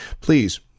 please